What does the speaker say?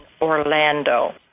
Orlando